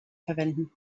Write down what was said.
verwenden